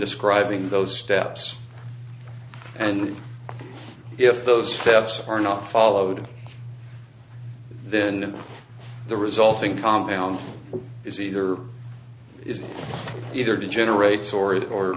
describing those steps and if those steps are not followed then the resulting compound is either is either degenerate story or